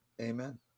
Amen